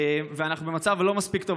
אנחנו במצב לא מספיק טוב.